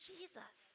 Jesus